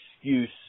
excuse